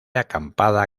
acampada